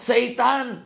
Satan